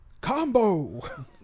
Combo